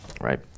right